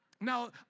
Now